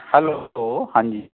hello ਹਾਂਜੀ